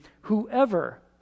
whoever